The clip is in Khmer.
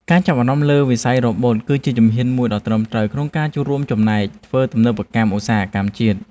ការចាប់អារម្មណ៍លើវិស័យរ៉ូបូត គឺជាជំហានមួយដ៏ត្រឹមត្រូវក្នុងការចូលរួមចំណែកធ្វើទំនើបកម្មឧស្សាហកម្មជាតិ។